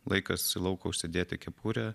laikas į lauką užsidėti kepurę